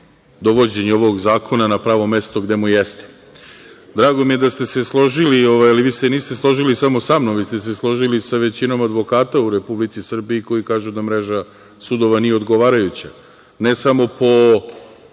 dovođenje ovog zakona na pravo mesto gde mu jeste. Drago mi je da ste se složili, ali se niste složili samo samnom, složili ste se sa većinom advokata u Republici Srbiji koji kažu da mreža sudova nije odgovarajuća. Ne samo po